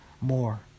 more